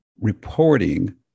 reporting